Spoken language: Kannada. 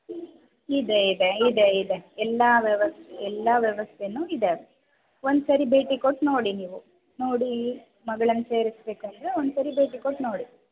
ಇದೆ ಇದೆ ಇದೆ ಇದೆ ಎಲ್ಲ ವ್ಯವ ಎಲ್ಲ ವ್ಯವಸ್ಥೆಯೂ ಇದೆ ಒಂದ್ಸರಿ ಭೇಟಿ ಕೊಟ್ಟು ನೋಡಿ ನೀವು ನೋಡಿ ಮಗಳನ್ನು ಸೇರಿಸಬೇಕು ಅಂದರೆ ಒಂದ್ಸರಿ ಭೇಟಿ ಕೊಟ್ಟು ನೋಡಿ